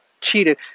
cheated